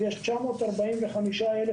יש 945,000